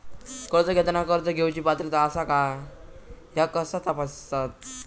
कर्ज घेताना कर्ज घेवची पात्रता आसा काय ह्या कसा तपासतात?